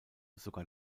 sogar